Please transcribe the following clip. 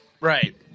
right